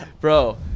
bro